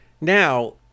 Now